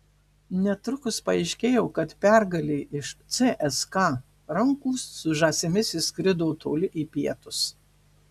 netrukus paaiškėjo kad pergalė iš cska rankų su žąsimis išskrido toli į pietus